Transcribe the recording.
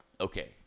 Okay